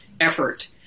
effort